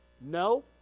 no